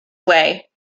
way